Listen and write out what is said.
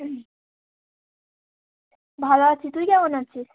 হুম ভালো আছি তুই কেমন আছিস